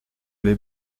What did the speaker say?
les